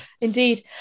indeed